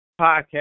Podcast